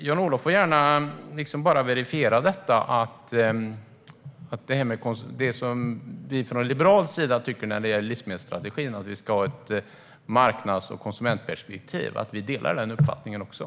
Jan-Olof Larsson får gärna verifiera det som vi från liberal sida tycker när det gäller livsmedelsstrategin - att vi delar uppfattningen att man ska ha ett marknads och konsumentperspektiv.